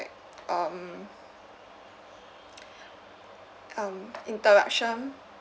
um um interruption